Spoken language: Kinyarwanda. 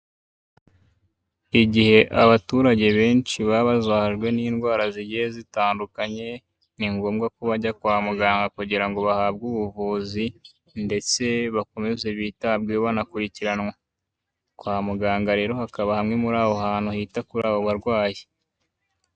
Igihe abaturage benshi baba bazahajwe n'indwara zigiye zitandukanya, ni ngombwa ko bajya kwa muganga kugira ngo bahabwe ubuvuzi ndetse bakomeze bitabweho banakurikiranwa. Kwa muganga rero hakaba hamwe muri aho hantu hita kuri abo barwayi.